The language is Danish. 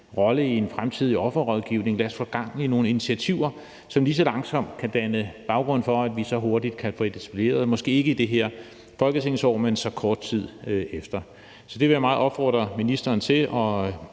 rolle i en fremtidig offerrådgivning. Lad os få gang i nogle initiativer, som lige så langsomt kan danne baggrund for, at vi hurtigt kan få det etableret, måske ikke i det her folketingsår, men så kort tid efter. Så det vil jeg opfordre ministeren til at